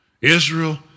Israel